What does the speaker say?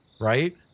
right